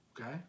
Okay